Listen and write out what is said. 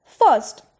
First